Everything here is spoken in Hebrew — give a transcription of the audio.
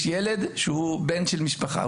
יש ילד שהוא בן של משפחה.